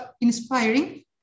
inspiring